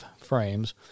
frames